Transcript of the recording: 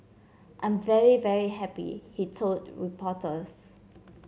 I'm very very happy he told reporters